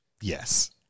Yes